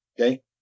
Okay